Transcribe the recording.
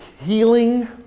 Healing